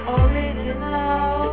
original